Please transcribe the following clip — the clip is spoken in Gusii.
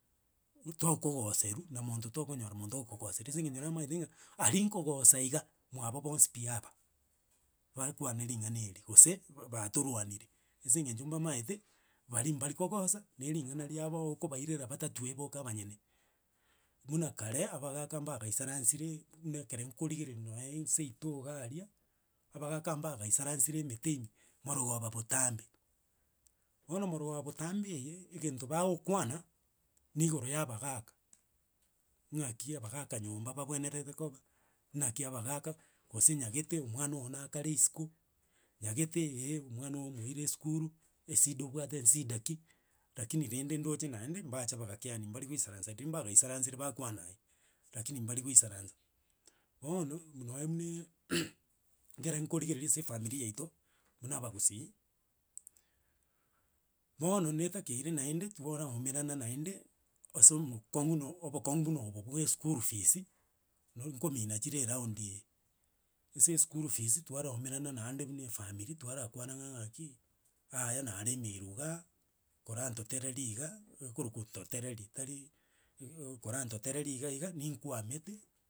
Tokogoserwa na monto tokonyora omonto okogosera ase eng'encho namaete ng'a aria nkogosa iga, mwabo bonsi pi aba, bakwane ring'ana eria, gose batorwaniri, ase eng'encho bamaete bari mbari kogosa, na ering'ana riabo okobairera batatuwe boka abanyene. Buna kare, abagaka bagaisaransire buna ekere nkorigereria nonye seito iga aria, abagaka mbagaisaransire emete ime marogoba botambe. Bono marogoba botambe eye egento bagokwana, ni igoro ya abagaka ng'aki abagaka nyomba babwenerete koba, naki abagaka, gose nyagete omwana ogo na akare isiko, nyagete eh omwana ogo moire esukuru, esida obwate nsida ki, rakini rende ndoche naende mbacha bagakeani mbari goisaransa, riria mbaroisaransire bakwana aye, rakini mbari goisaransa. Bono munoe munaaa, ekero nkorigereria ase efamiri yaito buna abagusii, bono netakeire naende twaraumerana naende ase omokong'u na obokong'u buna obo bwa eschool fees, no nkomina chire eround eye, ase eschool fees twaraumerana naende buna efamiri twarakwana ng'a ng'aki yaya naremirwe igaa, korantotereri iga ekorokwa totereri tari uh kora ntotereri iga iga ninkwamete.